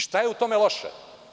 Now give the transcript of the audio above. Šta je u tome loše?